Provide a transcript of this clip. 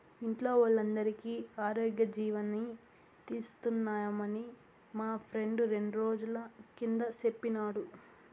ఇంట్లో వోల్లందరికీ ఆరోగ్యజీవని తీస్తున్నామని మా ఫ్రెండు రెండ్రోజుల కిందట సెప్పినాడు